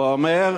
הוא אומר,